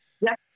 Yes